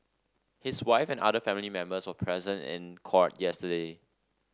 his wife and other family members were present in court yesterday